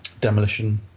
Demolition